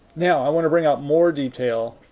now i want to bring out more detail.